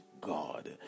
God